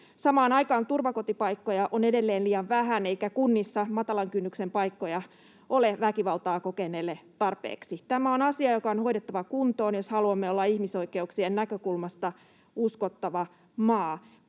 Samaan aikaan turvakotipaikkoja on edelleen liian vähän, eikä kunnissa ole matalan kynnyksen paikkoja väkivaltaa kokeneille tarpeeksi. Tämä on asia, joka on hoidettava kuntoon, jos haluamme olla ihmisoikeuksien näkökulmasta uskottava maa.